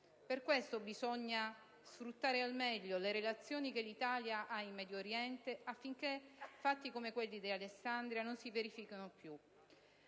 Per questo bisogna sfruttare al meglio le relazioni che l'Italia ha in Medio Oriente, affinché fatti come quelli di Alessandria non si verifichino più.